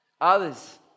Others